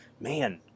man